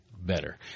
better